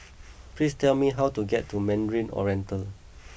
please tell me how to get to Mandarin Oriental